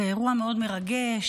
באירוע מאוד מרגש?